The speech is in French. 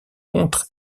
contre